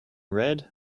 red